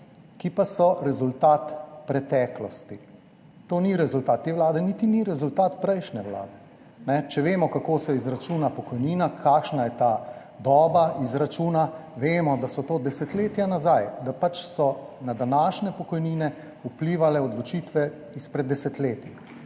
ki pa so rezultat preteklosti. To ni rezultat te vlade, niti ni rezultat prejšnje vlade. Če vemo, kako se izračuna pokojnina, kakšna je ta doba izračuna, vemo, da so to desetletja nazaj, da pač so na današnje pokojnine vplivale odločitve izpred desetletij.